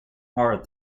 horror